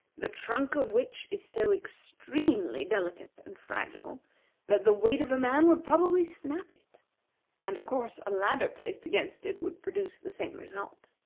the trunk of which is so extremely delicate and fragile that the weight of a man would probably snap it and, of course, a ladder placed against it would produce the same result.